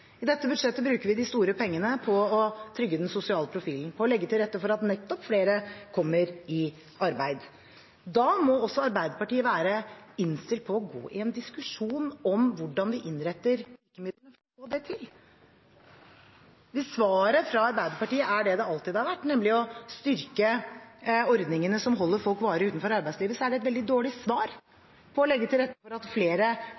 I dette budsjettet bruker vi de store pengene på å trygge den sosiale profilen og legge til rette for nettopp at flere kommer i arbeid. Da må også Arbeiderpartiet være innstilt på å gå i en diskusjon om hvordan vi innretter virkemidlene for å få det til. Hvis svaret fra Arbeiderpartiet er det det alltid har vært, nemlig å styrke ordningene som holder folk varig utenfor arbeidslivet, så er det et veldig dårlig svar på å legge til rette for at flere